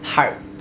hard